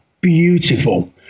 Beautiful